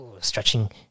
stretching